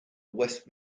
west